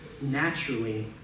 naturally